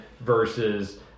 versus